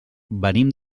venim